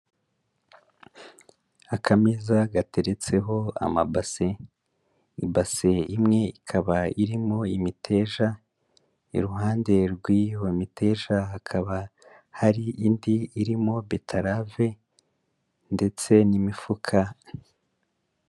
Akameza gateretseho amabase, ibase imwe ikaba irimo imiteja, iruhande rw'iyo miteja hakaba hari indi irimo beterave ndetse n'imifuka.